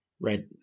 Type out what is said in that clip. right